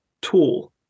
tool